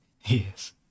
Yes